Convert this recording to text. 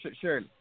Sure